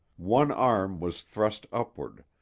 one arm was thrust upward,